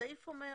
סעיף 10(ג)